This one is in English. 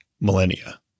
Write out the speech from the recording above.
millennia